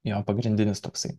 jo pagrindinis toksai